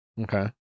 Okay